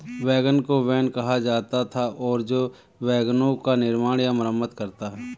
wagon को wain कहा जाता था और जो वैगनों का निर्माण या मरम्मत करता है